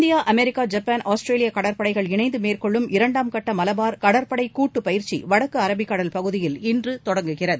India America Japan ஆஸ்திரேலியாகடற்படைகள் இணைந்துமேற்கொள்ளும் இரண்டாம் கட்டமலபார் கடற்படைகூட்டுபயிற்சிவடக்குஅரபிக்கடல் பகுதியில் இன்றுதொடங்குகிறது